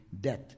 death